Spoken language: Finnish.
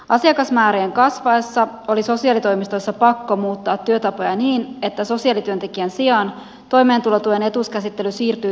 asiakasmäärien kasvaessa oli sosiaalitoimistoissa pakko muuttaa työtapoja niin että sosiaalityöntekijän sijaan toimeentulotuen etuuskäsittely siirtyi toimistosihteereille